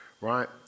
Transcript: right